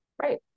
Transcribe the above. Right